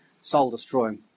soul-destroying